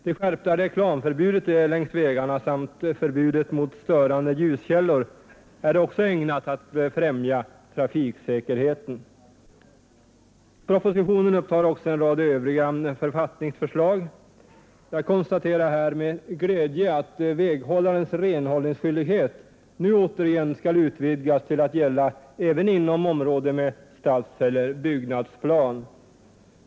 Det skärpta reklamförbudet längs vägarna samt förbudet mot störande ljuskällor är också ägnat att främja trafiksäkerheten. Propositionen upptar också en rad övriga författningsförslag. Jag konstaterar med glädje att väghållarens renhållningsskyldighet nu återigen skall utvidgas till att gälla även inom område med stadseller byggnadsplan.